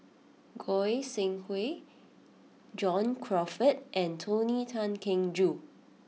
Goi Seng Hui John Crawfurd and Tony Tan Keng Joo